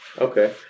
Okay